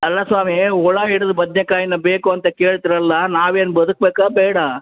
ಅಲ್ಲ ಸ್ವಾಮಿ ಹುಳ ಹಿಡ್ದ ಬದನೆ ಕಾಯಿನ ಬೇಕು ಅಂತ ಕೇಳ್ತಿರಲ್ಲಾ ನಾವೇನು ಬದುಕಬೇಕಾ ಬೇಡಾ